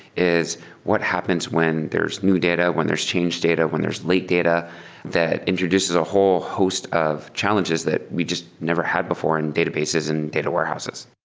is what happens when there's new data, when there's change data, when there's lake data that introduces a whole host of challenges that just never had before in databases and data warehouses.